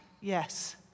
Yes